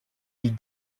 îles